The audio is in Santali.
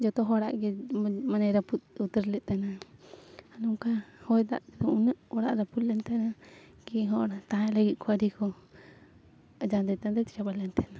ᱡᱚᱛᱚ ᱦᱚᱲᱟᱜ ᱜᱮ ᱢᱟᱱᱮ ᱨᱟᱹᱯᱩᱫ ᱩᱛᱟᱹᱨ ᱞᱮᱫ ᱛᱟᱦᱮᱱᱟ ᱱᱚᱝᱠᱟ ᱦᱚᱭ ᱫᱟᱜ ᱩᱱᱟᱹᱜ ᱚᱲᱟᱜ ᱨᱟᱹᱯᱩᱫ ᱞᱮᱱ ᱛᱟᱦᱮᱱᱟ ᱠᱤ ᱦᱚᱲ ᱛᱟᱦᱮᱸ ᱞᱟᱹᱜᱤᱫ ᱠᱚ ᱟᱹᱰᱤ ᱠᱚ ᱡᱷᱟᱫᱮ ᱛᱟᱸᱫᱮ ᱪᱟᱵᱟ ᱞᱮᱱ ᱛᱟᱦᱮᱱᱟ